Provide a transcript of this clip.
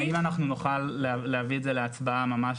האם אנחנו נוכל להביא את זה להצבעה ממש